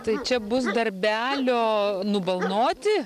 tai čia bus darbelio nubalnoti